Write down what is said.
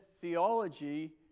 theology